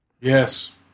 Yes